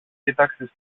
κοίταξε